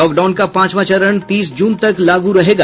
lockdown का पांचवां चरण तीस जून तक लागू रहेगा